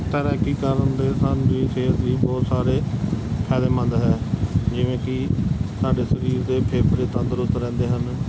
ਤੈਰਾਕੀ ਕਰਨ ਦੇ ਸਾਨੂੰ ਜੀ ਸਿਹਤ ਦੇ ਬਹੁਤ ਸਾਰੇ ਫ਼ਾਇਦੇਮੰਦ ਹੈ ਜਿਵੇਂ ਕਿ ਸਾਡੇ ਸਰੀਰ ਦੇ ਫੇਫੜੇ ਤੰਦਰੁਸਤ ਰਹਿੰਦੇ ਹਨ